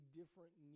different